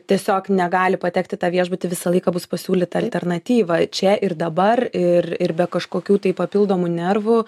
tiesiog negali patekt į tą viešbutį visą laiką bus pasiūlyta alternatyva čia ir dabar ir ir be kažkokių tai papildomų nervų